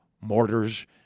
mortars